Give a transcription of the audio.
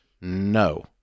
No